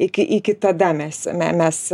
iki iki tada mes mes